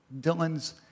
Dylan's